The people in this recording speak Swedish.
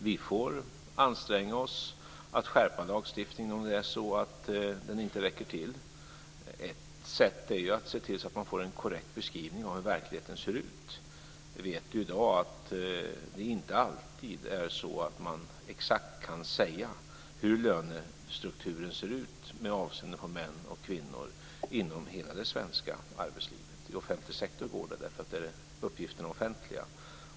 Vi får anstränga oss att skärpa lagstiftningen om det är så att den inte räcker till. Ett sätt är ju att se till att man får en korrekt beskrivning av hur verkligheten ser ut. Vi vet ju i dag att det inte alltid är så att man exakt kan säga hur lönestrukturen ser ut med avseende på män och kvinnor inom hela det svenska arbetslivet. I offentlig sektor går det därför att uppgifterna där är offentliga.